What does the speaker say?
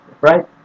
right